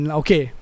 okay